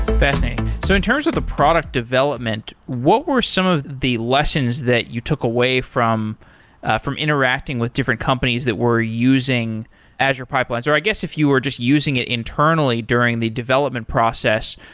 fascinating. so in terms of the product development, what were some of the lessons that you took away from from interacting with different companies that were using azure pipelines, or i guess if you were just using it internally during the development process?